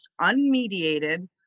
unmediated